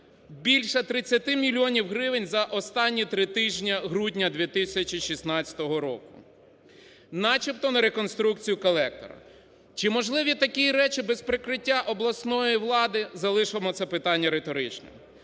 більше 30 мільйонів гривень за останні три тижні грудня 2016 року. Начебто на реконструкцію колектора. Чи можливі такі речі без прикриття обласної влади – залишимо це питання риторичним.